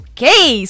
Okay